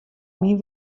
myn